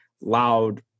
loud